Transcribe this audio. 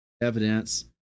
evidence